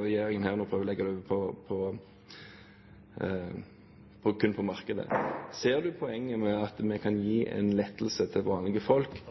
regjeringen prøver å legge det kun på markedet. Ser statsråden poenget i at vi kan gi en lettelse til vanlige folk…